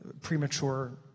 premature